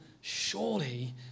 surely